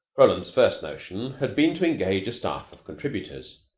roland's first notion had been to engage a staff of contributors.